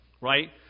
right